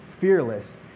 fearless